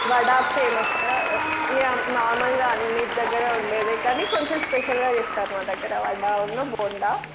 vada famous యా నార్మల్గా అన్నింటి దగ్గర ఉండేదే కానీ కొంచం స్పెషల్గా చేస్తారు మా దగ్గర వడ బోండా